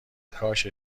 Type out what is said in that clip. کاش